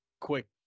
quick